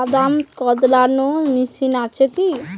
বাদাম কদলানো মেশিন আছেকি?